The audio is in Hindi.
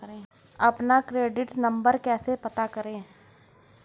अपना क्रेडिट कार्ड नंबर कैसे पता करें?